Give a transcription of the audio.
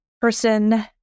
person